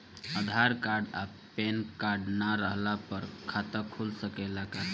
आधार card आ PAN card ना रहला पर खाता खुल सकेला का?